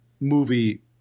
movie